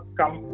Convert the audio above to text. come